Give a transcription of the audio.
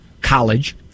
college